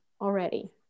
already